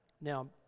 Now